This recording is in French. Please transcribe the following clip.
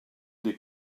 des